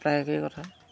প্ৰায় একেই কথা